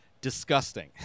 disgusting